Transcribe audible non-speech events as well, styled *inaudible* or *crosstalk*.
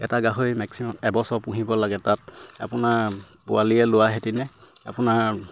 এটা গাহৰি মেক্সিমাম এবছৰ পুহিব লাগে তাত আপোনাৰ পোৱালীয়ে লোৱা *unintelligible* আপোনাৰ